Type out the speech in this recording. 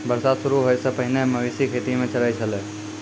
बरसात शुरू होय सें पहिने मवेशी खेतो म चरय छलै